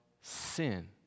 sin